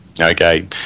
Okay